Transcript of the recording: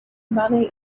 mani